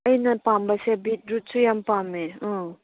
ꯑꯩꯅ ꯄꯥꯝꯕꯁꯦ ꯕꯤꯠ ꯔꯨꯠꯁꯨ ꯌꯥꯝ ꯄꯥꯝꯃꯦ ꯑꯥ